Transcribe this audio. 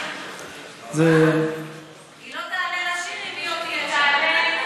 היא לא תעלה לשיר אם היא לא תהיה,